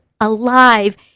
alive